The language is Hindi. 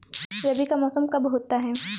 रबी का मौसम कब होता हैं?